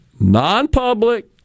non-public